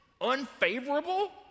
unfavorable